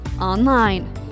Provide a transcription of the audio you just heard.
online